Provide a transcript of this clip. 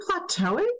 plateauing